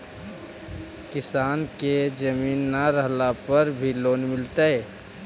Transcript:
किसान के जमीन न रहला पर भी लोन मिलतइ?